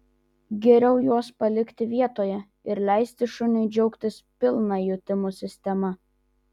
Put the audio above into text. geriau juos palikti vietoje ir leisti šuniui džiaugtis pilna jutimų sistema